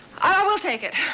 i will take it.